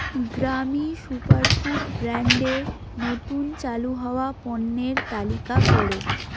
গ্রামি সুপারফুড ব্র্যান্ডের নতুন চালু হওয়া পণ্যের তালিকা কর